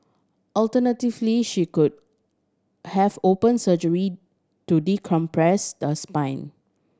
alternatively she could have open surgery to decompress the spine